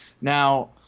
Now